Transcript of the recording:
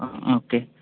ആ ഓക്കെ